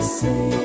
say